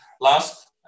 last